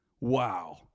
Wow